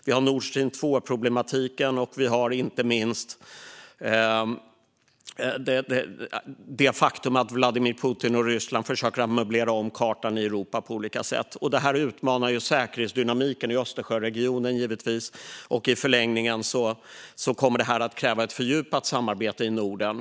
Vi har problematiken med Nord Stream 2. Vi har också, inte minst, det faktum att Vladimir Putin och Ryssland försöker att möblera om kartan i Europa på olika sätt. Detta utmanar givetvis säkerhetsdynamiken i Östersjöregionen, och i förlängningen kommer det att kräva ett fördjupat samarbete i Norden.